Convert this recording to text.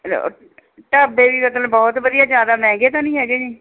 ਢਾਬੇ ਵੀ ਮਤਲਬ ਬਹੁਤ ਵਧੀਆ ਜ਼ਿਆਦਾ ਮਹਿੰਗੇ ਤਾਂ ਨਹੀਂ ਹੈਗੇ ਜੀ